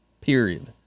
period